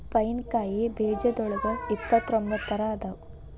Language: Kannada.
ಪೈನ್ ಕಾಯಿ ಬೇಜದೋಳಗ ಇಪ್ಪತ್ರೊಂಬತ್ತ ತರಾ ಅದಾವ